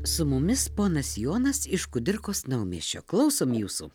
su mumis ponas jonas iš kudirkos naumiesčio klausom jūsų